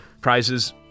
prizes